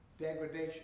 degradation